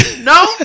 No